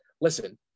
listen